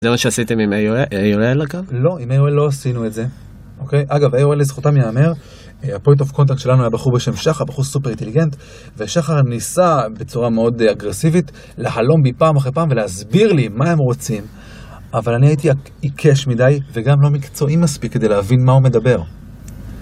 זה מה שעשיתם עם AOL? לא, עם AOL לא עשינו את זה. אגב, AOL לזכותם יאמר, הפויט אוף קונטקט שלנו היה בחור בשם שחר, בחור סופר אינטליגנט, ושחר ניסה בצורה מאוד אגרסיבית, להלום בי פעם אחרי פעם ולהסביר לי מה הם רוצים. אבל אני הייתי עיקש מדי וגם לא מקצועי מספיק כדי להבין מה הוא מדבר.